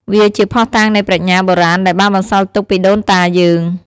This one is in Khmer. វាជាភស្តុតាងនៃប្រាជ្ញាបុរាណដែលបានបន្សល់ទុកពីដូនតាយើង។